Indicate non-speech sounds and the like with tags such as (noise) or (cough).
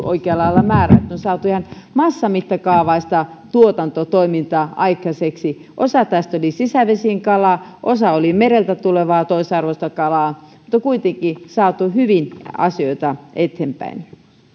(unintelligible) oikealla lailla määrän että on saatu ihan massamittakaavaista tuotantotoimintaa aikaiseksi osa tästä oli sisävesien kalaa osa oli mereltä tulevaa toisarvoista kalaa mutta kuitenkin on saatu hyvin asioita eteenpäin